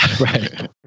Right